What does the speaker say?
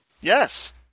Yes